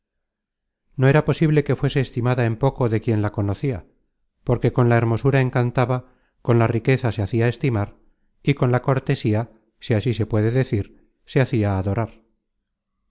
no era posible que fuese estimada en poco de quien la conocia porque con la hermosura encantaba con la riqueza se hacia estimar y con la cortesía si así se puede decir se hacia adorar